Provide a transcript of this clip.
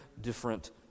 different